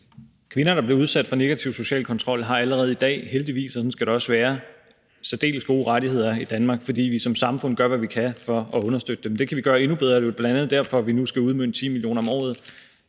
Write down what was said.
Kvinder, der bliver udsat for negativ social kontrol, har allerede i dag – heldigvis, for sådan skal det også være – særdeles gode rettigheder i Danmark, fordi vi som samfund gør, hvad vi kan for at understøtte dem. Det kan vi gøre endnu bedre. Det er jo bl.a. derfor, at vi nu skal udmønte 10 mio. kr. om året